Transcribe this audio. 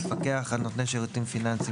המפקח על נותני שירותים פיננסיים,